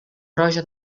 roja